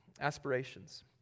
aspirations